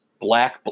black